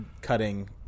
cutting